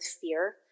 fear